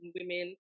women